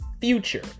Future